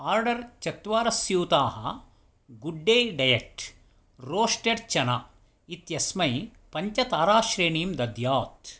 order चत्वरस्यूताः गुड्डे डयेत् रोस्टेड् चना इत्यस्मै पञ्चताराश्रेणीं दद्यात्